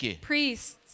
priests